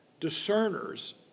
discerners